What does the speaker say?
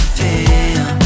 feel